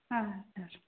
अँ